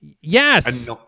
Yes